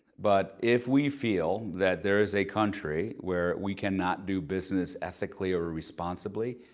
but if we feel that there is a country where we cannot do business ethically or responsibly,